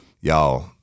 y'all